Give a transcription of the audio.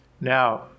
Now